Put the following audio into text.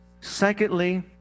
Secondly